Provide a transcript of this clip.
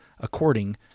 according